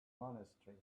monastery